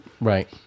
Right